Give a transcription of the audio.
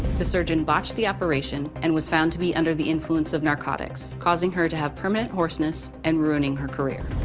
the surgeon botched the operation and was found to be under the influence of narcotics, causing her to have permanent hoarseness and ruining her career.